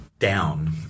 down